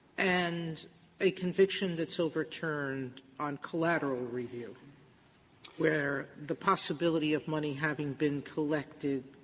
and a conviction that's overturned on collateral review where the possibility of money having been collected